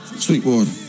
Sweetwater